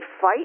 fight